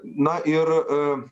na ir